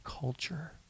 culture